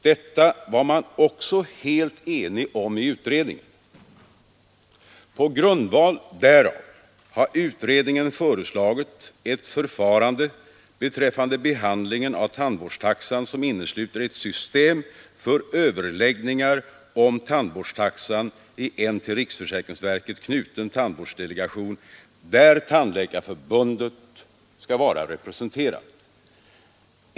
Detta var man också helt enig om i utredningen. På grund därav har utredningen föreslagit ett förfarande beträffande behandlingen av tandvårdstaxan som innesluter ett system för överläggningar om tandvårdstaxan i en till riksförsäkringsverket knuten delegation, i vilken Tandläkarförbundet skall vara representerat.